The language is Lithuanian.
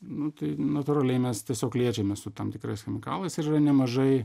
nu tai natūraliai mes tiesiog liečiamės su tam tikrais chemikalais ir yra nemažai